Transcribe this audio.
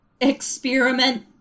experiment